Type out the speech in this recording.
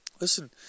Listen